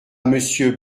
monsieur